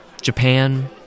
Japan